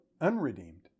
unredeemed